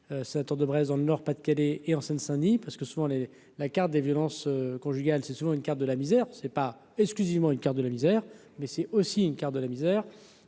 sénateur de Brest, dans le Nord-Pas-de-Calais et en Seine-Saint-Denis, parce que souvent les la carte des violences conjugales, c'est souvent une carte de la misère, ce n'est pas exclusivement une carte de la misère, mais c'est aussi une carte de la misère